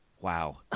wow